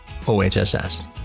OHSS